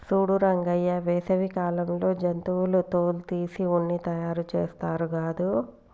సూడు రంగయ్య వేసవి కాలంలో జంతువుల తోలు తీసి ఉన్ని తయారుచేస్తారు గాదు